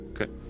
Okay